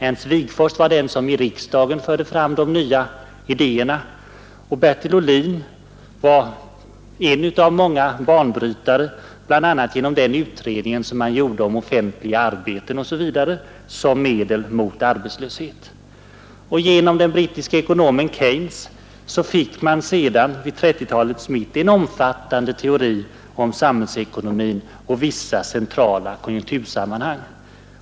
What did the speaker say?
Ernst Wigforss var den som förde fram de nya idéerna i riksdagen, och Bertil Ohlin var en viktig banbrytare, bl.a. genom den utredning som han gjorde om offentliga arbeten osv. som medel mot arbetslösheten. Genom den brittiske ekonomen Keynes fick man sedan vid 1930-talets mitt en omfattande teori om samhällsekonomin och vissa centrala konjunktursammanhang.